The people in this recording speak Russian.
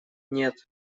нет